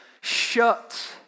shut